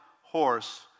horse